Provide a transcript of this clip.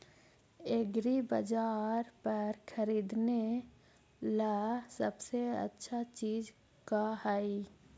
एग्रीबाजार पर खरीदने ला सबसे अच्छा चीज का हई?